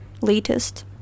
latest